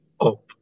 up